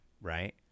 Right